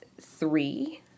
three